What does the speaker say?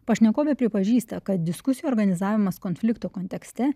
pašnekovė pripažįsta kad diskusijų organizavimas konflikto kontekste